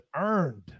earned